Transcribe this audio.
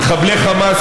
התשע"ט